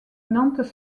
nantes